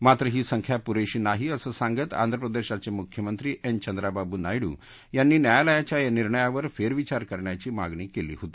मात्र ही संख्या पुरेशी नाही असं सांगत आंध्रप्रदेशाचे मुख्यमंत्री एन चंद्राबाबू नायडू यांनी न्यायालयाच्या या निर्णयावर फेरविचार करण्याची मागणी केली होती